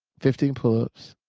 fifteen pull-ups.